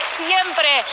siempre